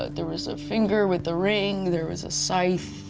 ah there was a finger with the ring, there was a scythe,